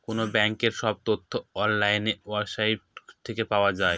কোনো ব্যাঙ্কের সব তথ্য অনলাইন ওয়েবসাইট থেকে পাওয়া যায়